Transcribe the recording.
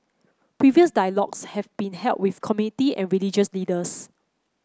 previous dialogues have been held with committee and religious leaders